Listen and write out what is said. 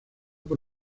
por